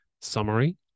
summary